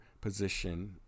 position